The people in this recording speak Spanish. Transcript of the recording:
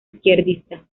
izquierdista